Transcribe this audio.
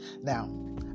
Now